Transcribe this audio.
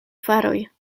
faroj